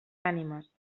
ànimes